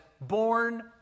born